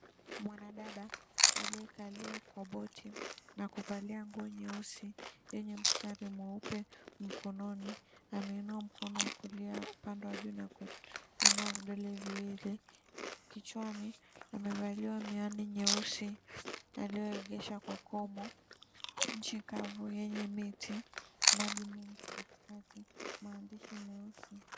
Mwanadada aliyekalia kwa boti na kuvalia nguo nyeusi yenye mstari mweupe mkononi ameinua mkono wa kulia upande wa juu na kuinua vidole viwili, kichwani amevalia miwani nyeusi anayoegesha kwa komo nchi kavu yenye miti maji mengi katikati maandishi meusi.